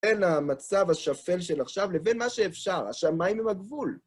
אלא המצב השפל של עכשיו לבין מה שאפשר, השמיים עם הגבול.